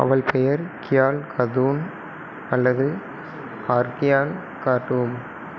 அவள் பெயர் கியால் கதூன் அல்லது அர்க்யால் காட்டூம்